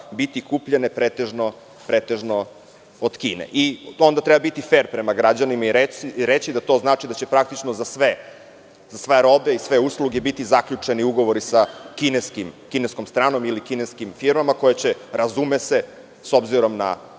biti kupljene pretežno od Kine. Onda treba biti fer prema građanima i reći da to znači da će praktično za sve robe i sve usluge biti zaključeni ugovori sa kineskom stranom ili kineskim firmama koje će, razume se, s obzirom na